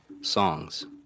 songs